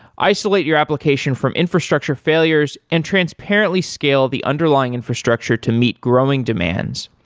isolate your application from infrastructure failures and transparently scale the underlying infrastructure to meet growing demands,